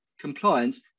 compliance